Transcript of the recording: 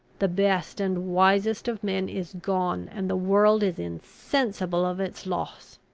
the best and wisest of men is gone, and the world is insensible of its loss!